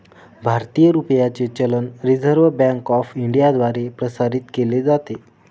भारतीय रुपयाचे चलन रिझर्व्ह बँक ऑफ इंडियाद्वारे प्रसारित केले जाते